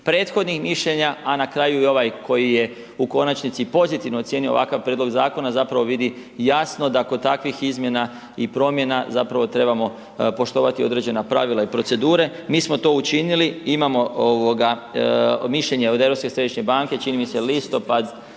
prethodnih mišljenja a na kraju i ovaj koji je u konačnici pozitivno ocijenio ovakav prijedlog zakona, zapravo vidi jasno da kod takvih izmjena i promjena zapravo trebamo poštovati određena pravila i procedure, mi smo to učinili, imamo mišljenje od Europske središnje banke, čini mi se listopad,